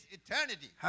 eternity